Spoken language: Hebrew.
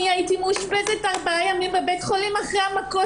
אני הייתי מאושפזת ארבעה ימים בבית חולים אחרי המכות.